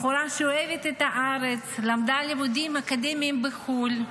בחורה שלמדה לימודים אקדמיים בחו"ל,